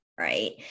Right